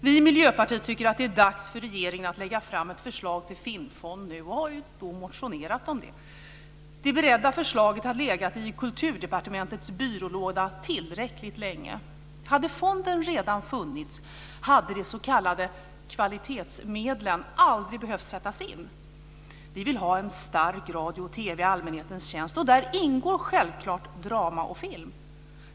Vi i Miljöpartiet tycker att det är dags för regeringen att lägga fram ett förslag till filmfond och har motionerat om det. Det beredda förslaget har legat i Kulturdepartementets byrålåda tillräckligt länge. Hade fonden redan funnits hade de s.k. kvalitetsmedlen aldrig behövt sättas in. Vi vill ha en stark radio och TV i allmänhetens tjänst. Där ingår självklart drama och film.